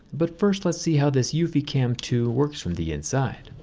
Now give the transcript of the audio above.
but first let's see how this uv cam two works from the inside.